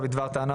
התשפ"ב.